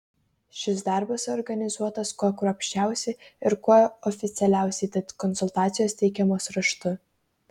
šis darbas organizuotas kuo kruopščiausiai ir kuo oficialiausiai tad konsultacijos teikiamos raštu